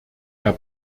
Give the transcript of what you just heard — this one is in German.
herr